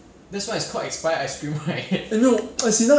yes eh if 他们有 chicken rice 为什么你想到他们有 laksa